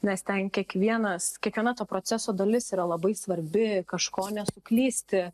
nes ten kiekvienas kiekviena to proceso dalis yra labai svarbi kažko nesuklysti